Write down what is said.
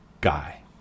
guy